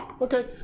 Okay